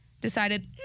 decided